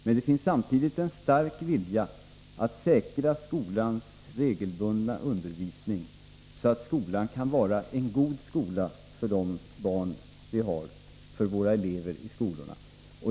Men det finns samtidigt en stark vilja att säkra skolans regelbundna undervisning, så att skolan kan vara en god skola för sina elever.